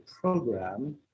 program